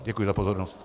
Děkuji za pozornost.